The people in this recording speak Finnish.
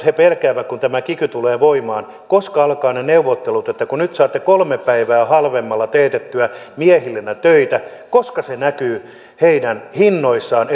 he pelkäävät kun tämä kiky tulee voimaan sillä koska alkavat ne neuvottelut siitä että kun nyt saatte kolme päivää halvemmalla teetettyä miehillänne töitä niin koska se näkyy heidän hinnoissaan